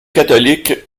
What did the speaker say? catholique